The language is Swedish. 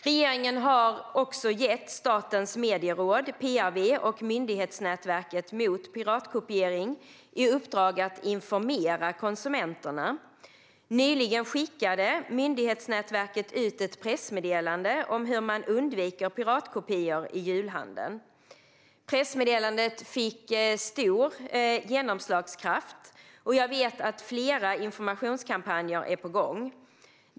Regeringen har också gett Statens medieråd, PRV och Myndighetsnätverket mot piratkopiering i uppdrag att informera konsumenterna. Nyligen skickade Myndighetsnätverket ut ett pressmeddelande om hur man undviker piratkopior i julhandeln. Pressmeddelandet fick stor genomslagskraft. Jag vet att flera informationskampanjer är på gång.